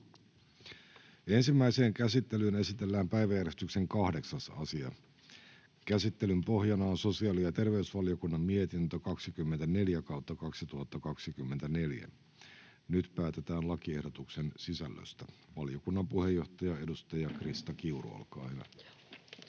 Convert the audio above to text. Ensimmäiseen käsittelyyn esitellään päiväjärjestyksen 8. asia. Käsittelyn pohjana on sosiaali‑ ja terveysvaliokunnan mietintö StVM 24/2024 vp. Nyt päätetään lakiehdotuksen sisällöstä. — Valiokunnan puheenjohtaja, edustaja Krista Kiuru, olkaa hyvä.